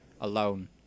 alone